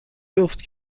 جفت